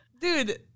Dude